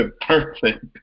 Perfect